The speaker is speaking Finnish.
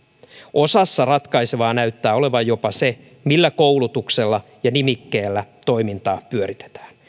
osassa ratkaisevaa näyttää olevan jopa se millä koulutuksella ja nimikkeellä toimintaa pyöritetään